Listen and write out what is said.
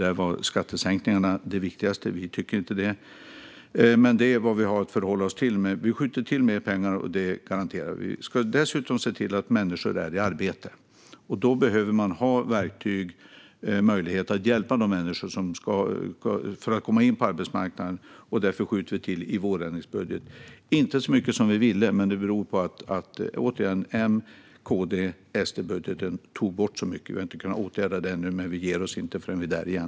Där var skattesänkningarna det viktigaste. Vi tycker inte det, men det är vad vi har att förhålla oss till. Vi skjuter till mer pengar, och det garanterar vi. Vi ska dessutom se till att människor är i arbete. Då behöver man ha verktyg som ger möjlighet att hjälpa människor in på arbetsmarknaden. Därför skjuter vi till i vårändringsbudgeten - inte så mycket som vi ville, men det beror återigen på att M-KD-SD-budgeten tog bort så mycket. Vi har inte kunnat åtgärda det ännu, men vi ger oss inte förrän vi är där igen.